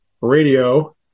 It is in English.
radio